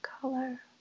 color